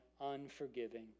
unforgiving